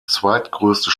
zweitgrößte